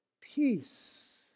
peace